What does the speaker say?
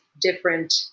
different